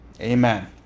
Amen